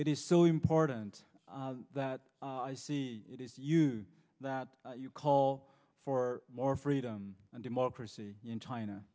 it is so important that i see it is you that you call for more freedom and democracy in china